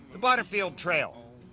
the butterfield trail.